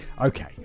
okay